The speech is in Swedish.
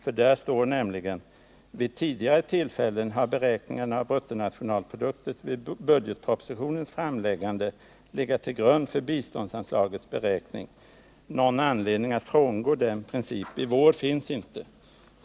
Det heter där nämligen: Vid tidigare tillfällen har beräkningen av bruttonationalprodukten vid budgetpropositionens framläggande legat till grund för biståndsanslagets beräkning. Någon anledning att frångå den principen i år finns inte.